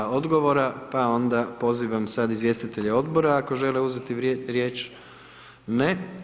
Nema odgovora, pa onda pozivam sad izvjestitelja odbora ako žele uzeti riječ, ne.